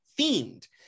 themed